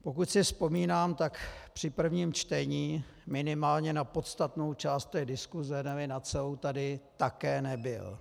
Pokud si vzpomínám, tak při prvním čtení minimálně na podstatnou část té diskuse, neli na celou, tady také nebyl.